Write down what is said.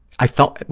i felt,